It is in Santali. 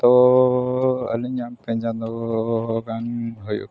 ᱛᱳᱻ ᱟᱹᱞᱤᱧᱟᱜ ᱯᱮ ᱪᱟᱸᱫᱚ ᱜᱟᱱ ᱦᱩᱭᱩᱜ ᱠᱟᱱᱟ